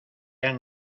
han